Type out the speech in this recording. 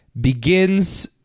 begins